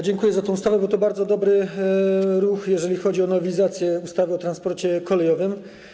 Dziękuję za tę ustawę, bo to bardzo dobry ruch, jeżeli chodzi o nowelizację ustawy o transporcie kolejowym.